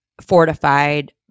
fortified